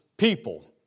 People